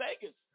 Vegas